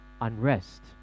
unrest